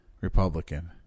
Republican